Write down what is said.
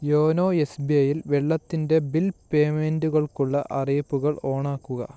YONO S B I യിൽ വെള്ളത്തിൻ്റെ bill പേയ്മെന്റെുകൾക്കുള്ള അറിയിപ്പുകൾ ഓണാക്കുക